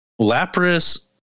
Lapras